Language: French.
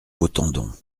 beautendon